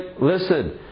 listen